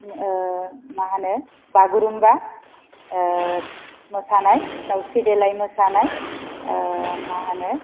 मा होनो बागुरुम्बा मोसानाय दावस्रि देलाइ मोसानाय मा होनो